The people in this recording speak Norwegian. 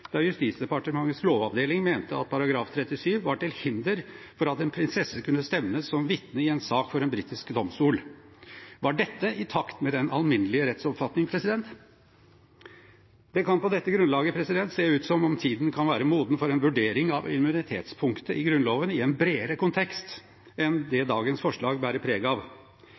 da Justisdepartementets lovavdeling mente at § 37 var til hinder for at en prinsesse kunne stevnes som vitne i en sak for en britisk domstol. Var dette i takt med den alminnelige rettsoppfatning? Det kan på dette grunnlaget se ut som om tiden kan være moden for en vurdering av immunitetspunktet i Grunnloven i en bredere kontekst enn det dagens forslag bærer preg av.